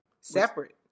Separate